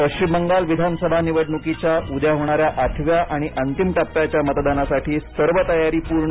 पश्चिम बंगाल विधानसभा निवडणुकीच्या उद्या होणाऱ्या आठव्या आणि अंतिम टप्प्याच्या मतदानासाठी सर्व तयारी पूर्ण